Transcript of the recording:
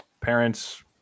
parents